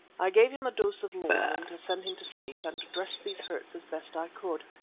i gave him a dose of laudanum to send him to sleep and dressed these hurts as best i could.